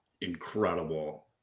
incredible